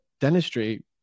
dentistry